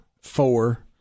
four